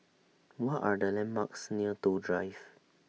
What Are The landmarks near Toh Drive